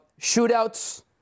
shootouts